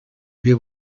wir